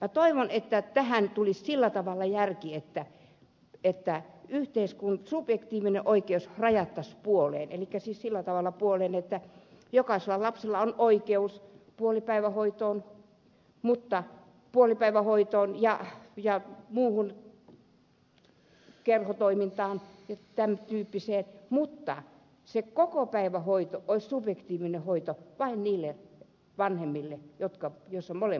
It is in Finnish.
minä toivon että tähän tulisi sillä tavalla järki että subjektiivinen oikeus rajattaisiin sillä tavalla puoleen että jokaisella lapsella on oikeus puolipäivähoitoon ja muuhun kerhotoimintaan ja tämän tyyppiseen mutta että kokopäivähoito olisi subjektiivinen hoito vain niille vanhemmille jotka molemmat ovat töissä